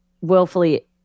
willfully